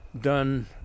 done